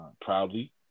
proudly